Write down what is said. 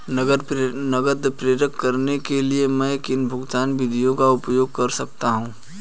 नकद प्रेषण करने के लिए मैं किन भुगतान विधियों का उपयोग कर सकता हूँ?